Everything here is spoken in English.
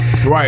Right